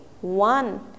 one